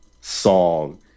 song